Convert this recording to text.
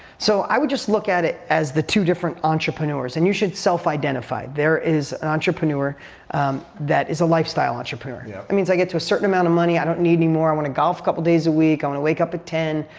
so i would just look at it as the two different entrepreneurs and you should self identify. there is an entrepreneur that is a lifestyle entrepreneur. yeah that means i get to a certain amount of money, i don't need any more. i want to golf a couple days a week. i want to wake up at ten